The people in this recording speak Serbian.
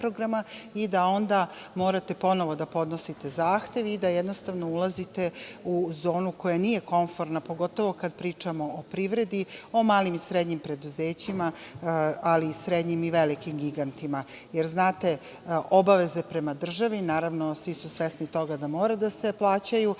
i da onda morate ponovo da podnosite zahtev i da jednostavno ulazite u zonu koja nije komforna, pogotovo kad pričamo o privredi, o malim i srednjim preduzećima, ali i srednjim i velikim gigantima. Jer, znate, obaveze prema državi, naravno, svi smo svesni toga da mora da se plaćaju,